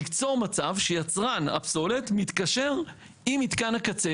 ליצור מצב שיצרן הפסולת מתקשר עם מתקן הקצה